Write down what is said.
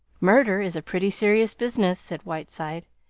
murder is a pretty serious business, said whiteside.